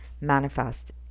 manifest